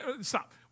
Stop